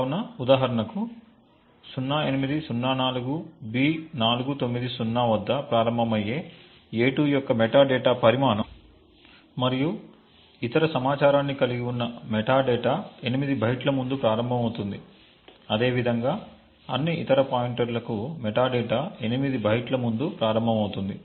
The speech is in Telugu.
కాబట్టి ఉదాహరణకు 0804B490 వద్ద ప్రారంభమయ్యే a2 యొక్క మెటాడేటా పరిమాణం మరియు ఇతర సమాచారాన్ని కలిగి ఉన్న మెటాడేటా 8 బైట్ల ముందు ప్రారంభమవుతుంది అదేవిధంగా అన్ని ఇతర పాయింటర్ల కు మెటాడేటా 8 బైట్ల ముందు ప్రారంభమవుతుంది